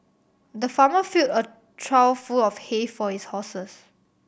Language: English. the farmer filled a trough full of hay for his horses